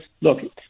Look